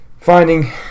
finding